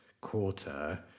quarter